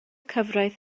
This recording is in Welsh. cyfraith